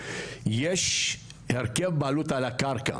יש הרכב בעלות על הקרקע,